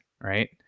right